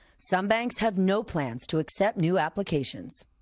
some banks have no plans to accept new applications.